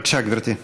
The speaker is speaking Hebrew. בבקשה, גברתי.